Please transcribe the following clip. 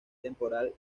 temporal